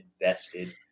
invested